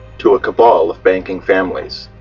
to a cabal of banking families.